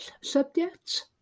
subjects